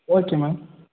okay ma'am